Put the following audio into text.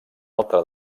altra